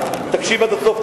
תקשיב עד הסוף,